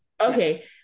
Okay